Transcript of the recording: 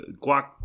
guac